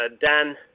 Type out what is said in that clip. Dan